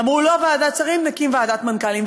אמרו: לא ועדת שרים, נקים ועדת מנכ"לים.